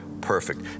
perfect